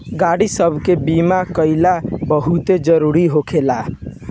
गाड़ी सब के बीमा कइल बहुते जरूरी होखेला